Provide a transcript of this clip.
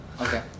Okay